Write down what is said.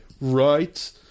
right